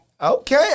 Okay